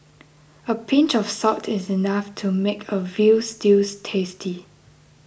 a pinch of salt is enough to make a Veal Stews tasty